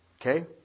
Okay